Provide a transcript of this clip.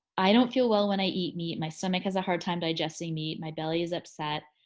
i don't feel well when i eat meat. my stomach has a hard time digesting meat. my belly is upset.